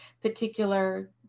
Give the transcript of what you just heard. particular